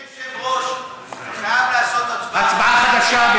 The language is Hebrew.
אדוני היושב-ראש, אתה חייב לעשות הצבעה חדשה.